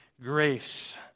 grace